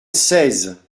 seize